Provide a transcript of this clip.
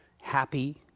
happy